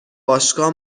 باشگاه